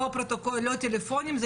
לא טלפוניים?